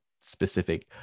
specific